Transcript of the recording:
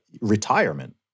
retirement